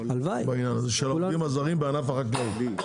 בעניין של העובדים הזרים בענף החקלאות.